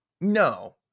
No